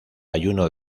ayuno